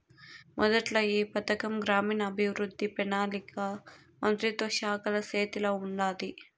మొదట్ల ఈ పథకం గ్రామీణాభవృద్ధి, పెనాలికా మంత్రిత్వ శాఖల సేతిల ఉండాది